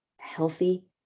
healthy